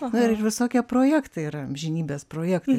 nu ir visokie projektai yra amžinybės projektai